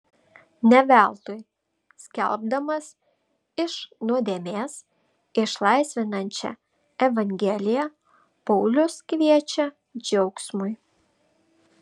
ne veltui skelbdamas iš nuodėmės išlaisvinančią evangeliją paulius kviečia džiaugsmui